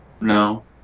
No